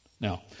Now